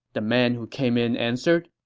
the man who came in answered